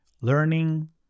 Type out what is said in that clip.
learning